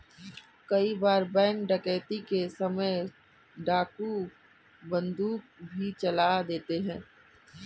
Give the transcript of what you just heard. कई बार बैंक डकैती के समय डाकू बंदूक भी चला देते हैं